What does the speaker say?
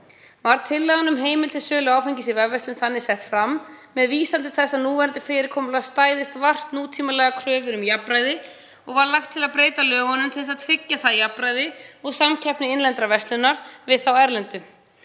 Var tillagan um heimild til sölu áfengis í vefverslun þannig sett fram með vísan til þess að núverandi fyrirkomulag stæðist vart nútímalegar kröfur um jafnræði og var lagt til að breyta lögunum til að tryggja það jafnræði og samkeppni innlendrar verslunar við þá erlendu.